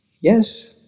Yes